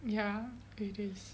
ya it is